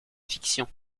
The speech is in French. fiction